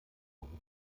groben